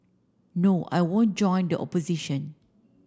no I won't join the opposition